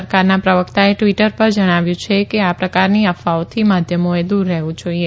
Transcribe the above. સરકારના પ્રવકતાએ ટવીટર પર જણાવ્યું કે આ પ્રકારની અફવાઓથી માધ્યમોએ દુર રહેવુ જાઈએ